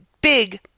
big